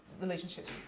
relationships